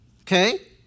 Okay